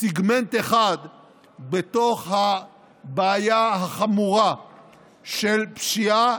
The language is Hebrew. סגמנט אחד בתוך הבעיה החמורה של פשיעה